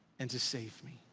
and to save me.